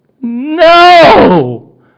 No